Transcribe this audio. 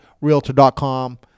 Realtor.com